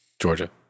Georgia